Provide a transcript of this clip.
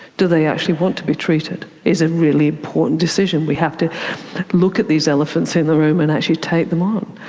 do they actually want to be treated is a really important decision. we have to look at these elephants in the room and actually take them on.